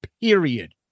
period